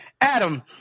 Adam